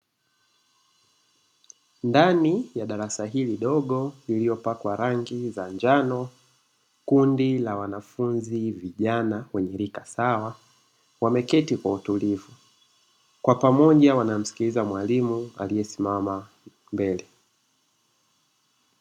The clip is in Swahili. Ndani ya darasa hili dogo lililopakwa rangi za njano, kundi la wanafunzi vijana wenye rika sawa wameketi kwa utulivu, kwa pamoja wanamsikiliza mwalimu aliyesimama mbele.